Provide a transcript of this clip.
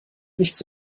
nichts